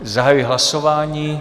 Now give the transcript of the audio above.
Zahajuji hlasování.